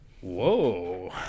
whoa